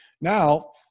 Now